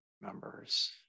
members